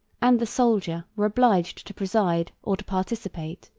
and the soldier, were obliged to preside or to participate.